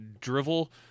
drivel